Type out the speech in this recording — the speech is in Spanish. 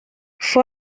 fue